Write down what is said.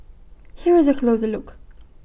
here is A closer look